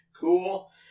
Cool